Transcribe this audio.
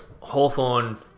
Hawthorne